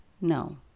No